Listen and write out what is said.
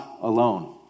alone